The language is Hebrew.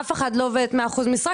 אף אחת לא עובדת 100% משרה.